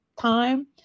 time